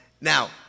now